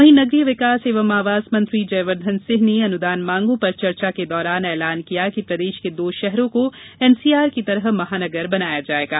वहीं नगरीय विकास एवं आवास मंत्री जयवर्धन सिंह ने अनुदान मांगों पर चर्चा के दौरान एलान किया कि प्रदेश के दो शहरों को एनसीआर की तरह महानगर बनाया जायेगा